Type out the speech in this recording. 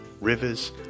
rivers